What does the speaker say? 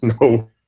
no